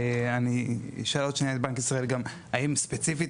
אני אשאל עוד שניה את בנק ישראל גם האם ספציפית